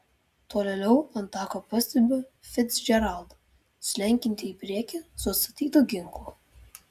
tolėliau ant tako pastebiu ficdžeraldą slenkantį į priekį su atstatytu ginklu